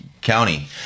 County